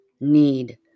need